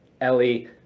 Ellie